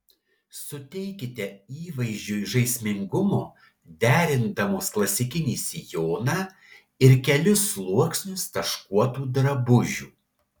suteikite įvaizdžiui žaismingumo derindamos klasikinį sijoną ir kelis sluoksnius taškuotų drabužių